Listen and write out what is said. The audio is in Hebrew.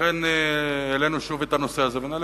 לכן העלינו שוב את הנושא הזה ונעלה